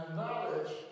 knowledge